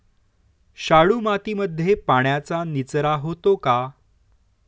शाडू मातीमध्ये पाण्याचा निचरा होतो का?